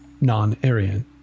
non-Aryan